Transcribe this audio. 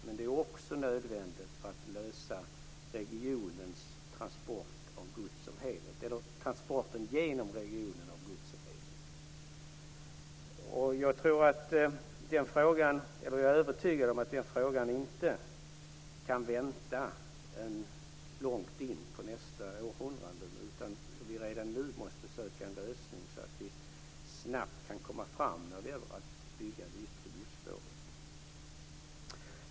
Men det är också nödvändigt för att lösa problemen med transporter av gods genom regionen som helhet. Jag är övertygad om att den frågan inte kan vänta till långt in på nästa århundrade. Vi måste redan nu söka en lösning, så att vi snabbt kan komma fram till att bygga det yttre godsspåret.